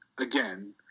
again